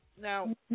Now